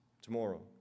tomorrow